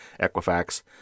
Equifax